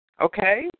okay